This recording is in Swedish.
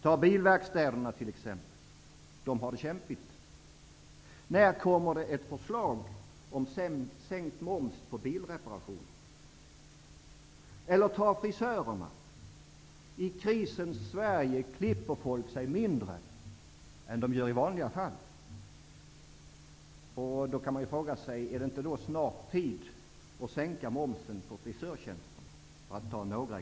Ta bilverkstäderna t.ex. De har det kämpigt. När kommer det ett förslag om sänkt moms på bilreparationer? Eller ta frisörerna. I krisens Sverige klipper sig folk mindre än vanligt. Är det inte snart tid att sänka momsen på frisörstjänsterna?